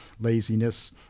laziness